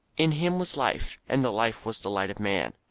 in him was life and the life was the light of men.